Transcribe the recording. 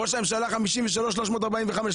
ראש הממשלה 53,345 שקל.